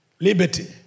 liberty